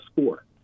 score